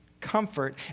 Comfort